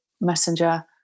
messenger